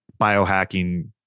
biohacking